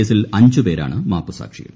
കേസിൽ അഞ്ചുപേരാണ് മാപ്പുസാക്ഷികൾ